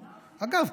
אגב,